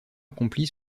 accomplie